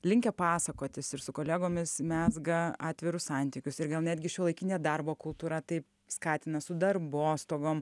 linkę pasakotis ir su kolegomis mezga atvirus santykius ir gal netgi šiuolaikinė darbo kultūra taip skatina su darbostogom